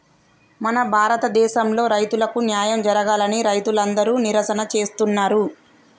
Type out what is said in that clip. మన భారతదేసంలో రైతులకు న్యాయం జరగాలని రైతులందరు నిరసన చేస్తున్నరు